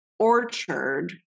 orchard